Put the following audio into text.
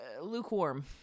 lukewarm